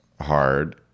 hard